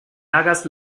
hagas